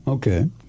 Okay